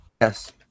Yes